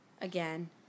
again